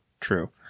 True